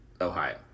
Ohio